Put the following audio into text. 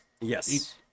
Yes